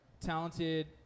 talented